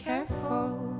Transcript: Careful